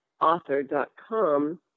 Author.com